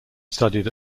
studied